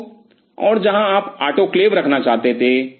तो और जहाँ आप आटोक्लेव रखना चाहते थे